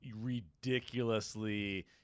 ridiculously